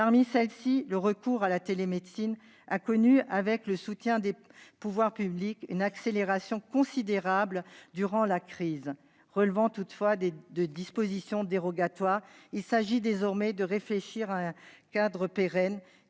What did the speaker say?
Parmi celles-ci, le recours à la télémédecine a connu, grâce au soutien des pouvoirs publics, une accélération considérable durant la crise. Dans la mesure où il relève toutefois de dispositions dérogatoires, nous devons désormais réfléchir à un cadre pérenne,